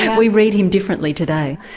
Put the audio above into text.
and we read him differently today.